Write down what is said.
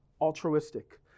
altruistic